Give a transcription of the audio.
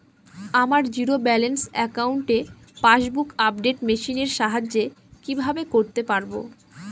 আমার zero balance অ্যাকাউন্টে passbook update machine এর সাহায্যে কীভাবে করতে পারব?